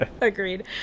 Agreed